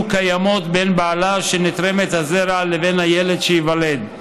קיימות בין בעלה של נתרמת הזרע לבין הילד שייוולד.